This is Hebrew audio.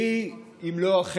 מי אם לא הוא,